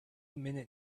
minute